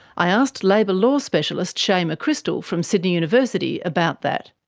i asked labour law specialist shae mccrystal, from sydney university, about that.